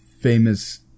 Famous